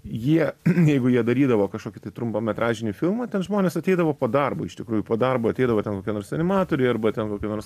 jie jeigu jie darydavo kažkokį tai trumpametražinį filmą ten žmonės ateidavo po darbo iš tikrųjų po darbo ateidavo ten kokie nors animatoriai arba ten kokie nors